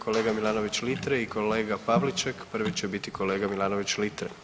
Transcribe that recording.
Kolega Milanović Litre i kolega Pavliček, prvi će biti kolega Milanović Litre.